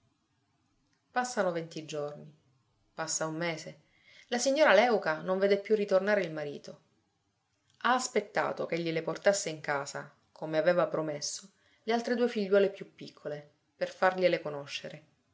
passano venti giorni passa un mese la signora léuca non vede più ritornare il marito ha aspettato ch'egli le portasse in casa come aveva promesso le altre due figliuole più piccole per fargliele conoscere